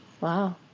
Wow